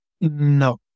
No